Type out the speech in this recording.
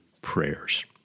prayers